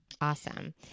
Awesome